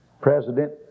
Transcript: President